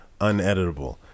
uneditable